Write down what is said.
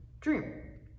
dream